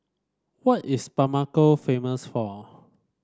what is Bamako famous for